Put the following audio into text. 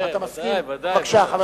כן, ודאי.